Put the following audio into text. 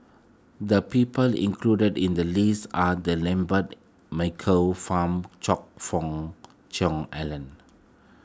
the people included in the list are the Lambert Michael Fam Choe Fook Cheong Alan